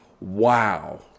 Wow